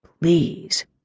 Please